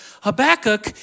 Habakkuk